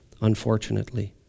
Unfortunately